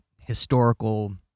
historical